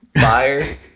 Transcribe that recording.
fire